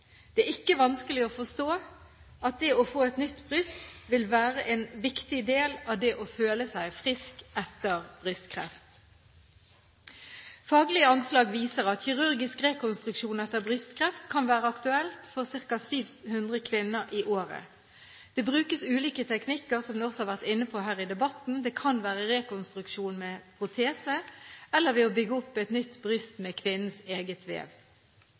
Det er ikke vanskelig å forstå at det å få et nytt bryst vil være en viktig del av det å føle seg frisk etter brystkreft. Faglige anslag viser at kirurgisk rekonstruksjon etter brystkreft kan være aktuelt for ca. 700 kvinner i året. Det brukes ulike teknikker, noe man også har vært inne på i debatten. Det kan være rekonstruksjon med protese eller ved å bygge opp et nytt bryst med kvinnens eget vev.